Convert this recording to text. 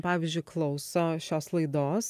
pavyzdžiui klauso šios laidos